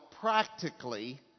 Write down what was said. practically